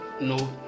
no